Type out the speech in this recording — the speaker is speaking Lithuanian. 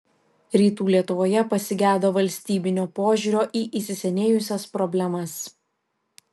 rytų lietuvoje pasigedo valstybinio požiūrio į įsisenėjusias problemas